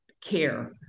care